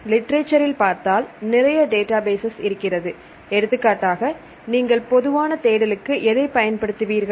லிட்ரேசரில் பார்த்தால் நிறைய டேட்டாபேஸஸ் இருக்கிறது எடுத்துக்காட்டாக நீங்கள் பொதுவான தேடலுக்கு எதைப் பயன்படுத்துவீர்கள்